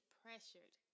pressured